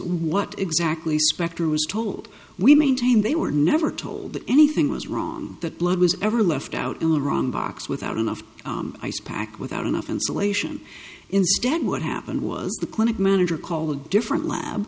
what exactly spector was told we maintained they were never told that anything was wrong that blood was ever left out in the wrong box without enough ice pack without enough insulation instead what happened was the clinic manager called different lab